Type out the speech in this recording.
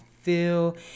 feel